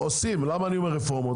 למה אני אומר רפורמות?